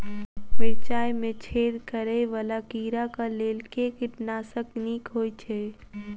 मिर्चाय मे छेद करै वला कीड़ा कऽ लेल केँ कीटनाशक नीक होइ छै?